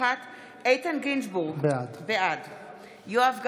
נוכח צחי הנגבי, אינו נוכח יועז הנדל,